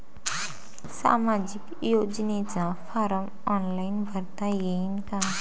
सामाजिक योजनेचा form online भरता येईन का?